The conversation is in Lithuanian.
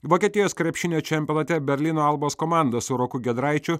vokietijos krepšinio čempionate berlyno albos komanda su roku giedraičiu